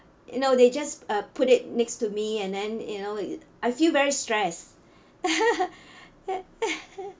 you know they just uh put it next to me and then you know I feel very stressed yeah